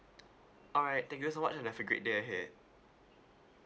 alright thank you so much and have a great day ahead